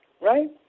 right